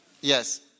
Yes